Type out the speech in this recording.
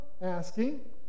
asking